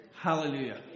Hallelujah